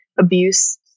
abuse